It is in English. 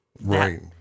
Right